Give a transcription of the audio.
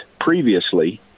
previously